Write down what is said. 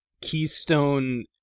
keystone